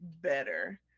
Better